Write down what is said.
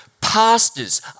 Pastors